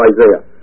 Isaiah